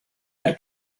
per